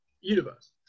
universe